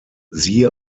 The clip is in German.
siehe